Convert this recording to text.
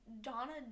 Donna